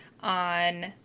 on